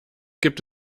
gibt